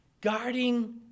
guarding